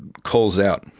calls out,